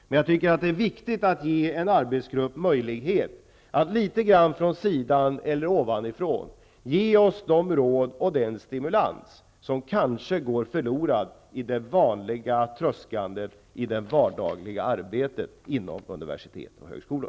Det är viktigt att ge en arbetsgrupp möjlighet att litet grand från sidan eller ovanifrån ge oss de råd och den stimulans som kanske går förlorad i det vanliga tröskandet i det vardagliga arbetet inom universitet och högskolor.